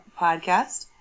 Podcast